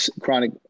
chronic